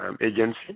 Agency